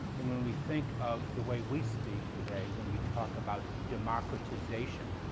and when we think of the way we speak today when we talk about democratization,